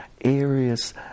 areas